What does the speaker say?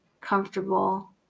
comfortable